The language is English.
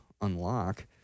unlock